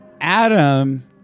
Adam